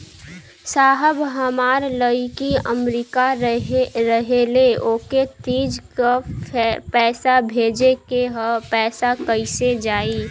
साहब हमार लईकी अमेरिका रहेले ओके तीज क पैसा भेजे के ह पैसा कईसे जाई?